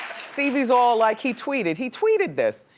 stevie's all like, he tweeted, he tweeted this.